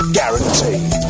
guaranteed